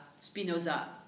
Spinoza »,«